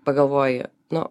pagalvoji nu